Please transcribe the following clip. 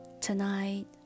Tonight